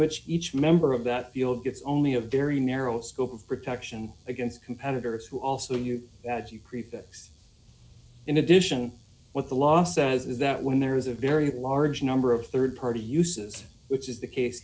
which each member of that deal gets only a very narrow scope of protection against competitors who also knew that you prefix in addition what the law says is that when there is a very large number of rd party uses which is the case